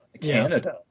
Canada